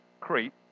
Crete